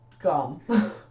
Gum